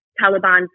Taliban